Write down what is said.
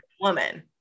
woman